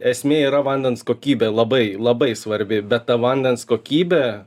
esmė yra vandens kokybė labai labai svarbi bet ta vandens kokybė